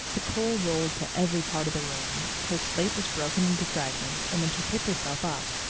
the coal rolled to every part of the room, her slate was broken into fragments, and when she picked herself up,